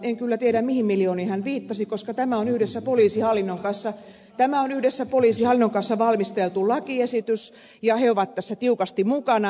en kyllä tiedä mihin miljooniin hän viittasi koska tämä on yhdessä poliisihallinnon kanssa tämä on yhdessä poliisin kanssa valmisteltu lakiesitys ja he ovat tässä tiukasti mukana